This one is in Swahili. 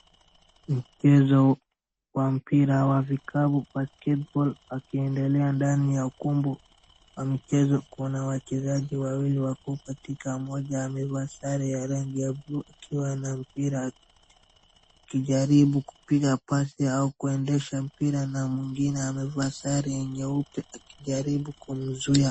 Mchezo wa mpira wa vikapu basket ball wakiendelea ndani ya ukumbi wa michezo, kuna wachezaji wawili wako katika mmoja amevaa sare ya rangi ya blue akiwa na mpira akijaribu kupiga pass au kuendesha mpira na mwingine amevaa sare nyeupe akijaribu kumzuia.